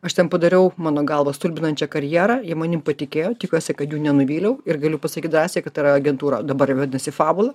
aš ten padariau mano galva stulbinančią karjerą jie manim patikėjo tikiuosi kad jų nenuvyliau ir galiu pasakyt drąsiai ta agentūra dabar vadinasi fabula